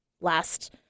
last